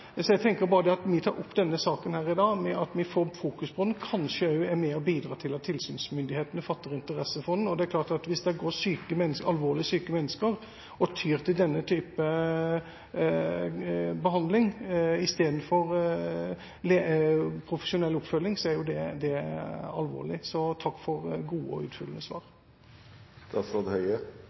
Så jeg tenker at bare det at vi tar opp denne saken her i dag, og at vi fokuserer på den, kanskje er med på å bidra til at tilsynsmyndighetene fatter interesse for dette. Det er klart at hvis alvorlig syke mennesker tyr til denne typen behandling i stedet for å få profesjonell oppfølging, er det alvorlig. Så takk for gode og utfyllende